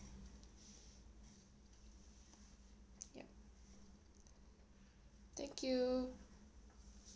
yup thank you